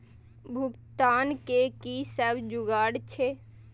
भुगतान के कि सब जुगार छे?